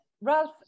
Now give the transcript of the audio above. Ralph